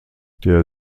der